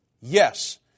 yes